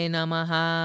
Namaha